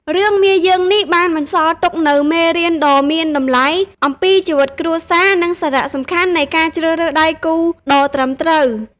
រឿង មាយើង នេះបានបន្សល់ទុកនូវមេរៀនដ៏មានតម្លៃអំពីជីវិតគ្រួសារ និងសារៈសំខាន់នៃការជ្រើសរើសដៃគូដ៏ត្រឹមត្រូវ។